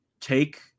take